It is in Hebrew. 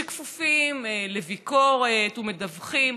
שכפופים לביקורת ומדווחים.